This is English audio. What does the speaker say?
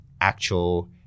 actual